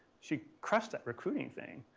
she crushed that recruiting thing.